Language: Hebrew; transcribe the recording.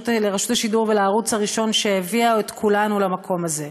השידור ולערוץ הראשון שהביאה את כולנו למקום הזה.